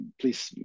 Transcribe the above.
please